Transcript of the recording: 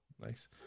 Nice